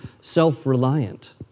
self-reliant